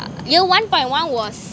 year one point one was